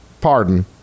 pardon